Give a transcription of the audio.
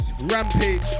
Rampage